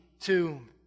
tomb